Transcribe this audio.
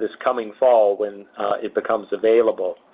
this coming fall when it becomes available.